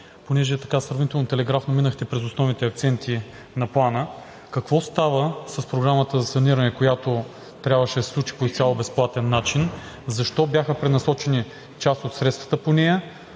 Понеже сравнително телеграфно минахте през основните акценти на Плана: какво става с Програмата за саниране, която трябваше да се случи по изцяло безплатен начин; защо бяха пренасочени част от средствата по нея?